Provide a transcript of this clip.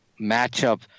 matchup